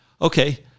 okay